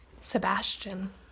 Sebastian